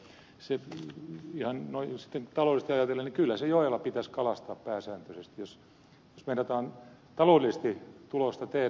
ihan noin sitten taloudellisesti ajatellen kyllä se joella pitäisi kalastaa pääsääntöisesti jos meinataan taloudellisesti tulosta tehdä